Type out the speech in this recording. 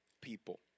people